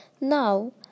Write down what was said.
Now